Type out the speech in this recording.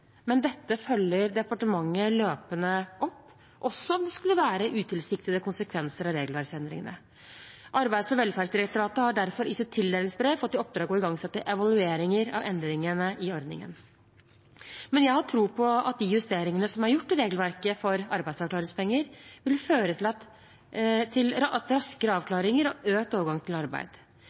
men dette følger departementet løpende opp – også om det skulle være utilsiktede konsekvenser av regelverksendringene. Arbeids- og velferdsdirektoratet har derfor i sitt tildelingsbrev fått i oppdrag å igangsette evalueringer av endringene i ordningen. Jeg har tro på at de justeringene som er gjort i regelverket for arbeidsavklaringspenger, vil føre til raskere avklaringer og økt overgang til arbeid.